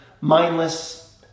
mindless